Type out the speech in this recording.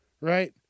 Right